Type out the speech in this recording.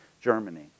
Germany